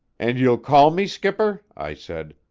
and you' ll call me, skipper, i said,